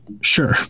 sure